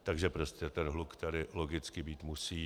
Takže prostě ten hluk tady logicky být musí.